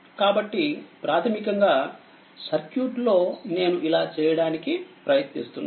కాబట్టిప్రాథమికంగా circuit లో నేను ఇలా చేయడానికి ప్రయత్నిస్తున్నాను